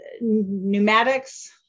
pneumatics